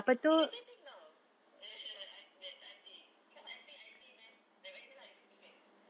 irritating [tau] that I_T because I think I_T best like what you said lah face to face